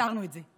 פתרנו את זה.